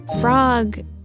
Frog